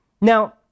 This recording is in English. Now